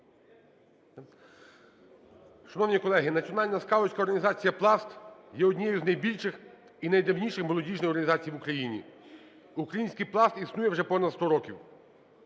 Шановні колеги, Національна скаутська організація "Пласт" є однією з найбільших і найдавнішою молодіжною організацією в Україні. Український "Пласт" існує вже понад 100 років.